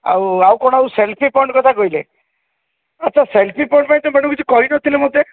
ଆଉ ଆଉ କ'ଣ ଆଉ ସେଲଫି ପଏଣ୍ଟ କଥା କହିଲେ ଆଛା ସେଲଫି ପଏଣ୍ଟ ପାଇଁ ତ ମ୍ୟାଡମ କିଛି କହି ନଥିଲେ ମୋତେ